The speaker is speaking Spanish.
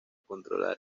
controlar